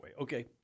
Okay